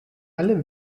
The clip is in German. alle